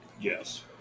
Yes